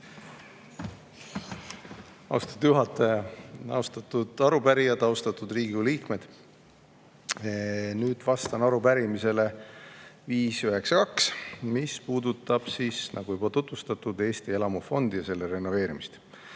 Austatud juhataja, austatud arupärijad, austatud Riigikogu liikmed! Nüüd vastan arupärimisele 592, mis puudutab, nagu juba tutvustatud, Eesti elamufondi ja selle renoveerimist.